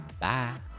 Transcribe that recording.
Bye